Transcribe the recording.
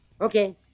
okay